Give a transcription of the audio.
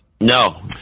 No